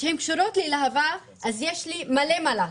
שקשורות ללהב"ה אז יש לי מלא מה לעשות,